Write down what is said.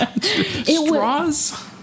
straws